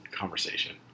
conversation